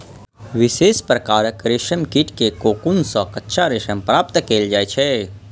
विशेष प्रकारक रेशम कीट के कोकुन सं कच्चा रेशम प्राप्त कैल जाइ छै